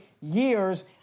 years